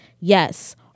Yes